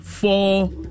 Four